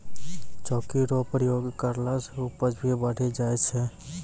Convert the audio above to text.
चौकी रो प्रयोग करला से उपज भी बढ़ी जाय छै